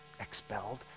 expelled